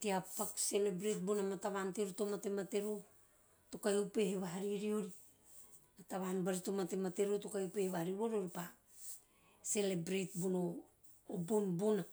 tea paku, celebrate bona ma tavan teori to matemate roho to kahi upehe vaha riori a matavan bari to matemate roho to kahi upehe rivori ore pa celebrate bono bon bona.